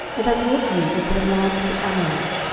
and i brought you into the land of the amorites,